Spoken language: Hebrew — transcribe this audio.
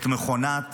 את מכונת